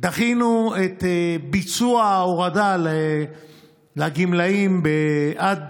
דחינו את ביצוע ההורדה לגמלאים עד